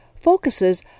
focuses